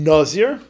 Nazir